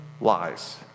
lies